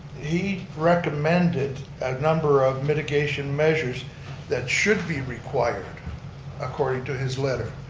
he recommended a number of mitigation measures that should be required according to his letter.